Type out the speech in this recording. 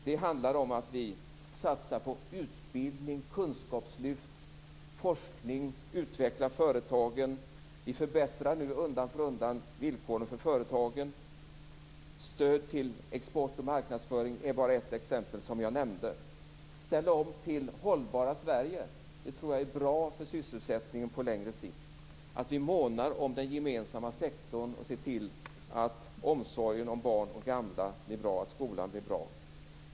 Det handlar om att vi satsar på utbildning, kunskapslyft, forskning och utveckling av företagen. Vi förbättrar nu undan för undan villkoren för företagen. Stöd till export och marknadsföring är bara ett exempel som jag nämnde. Att ställa om till det hållbara Sverige tror jag är bra för sysselsättningen på längre sikt och att vi månar om den gemensamma sektorn och ser till att omsorgen om barn och gamla blir bra och att skolan blir bra.